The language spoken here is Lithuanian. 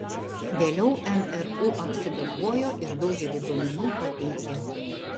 vėliau mru apsigalvojo ir daugelį duomenų pateikė